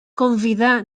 convidà